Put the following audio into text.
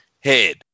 head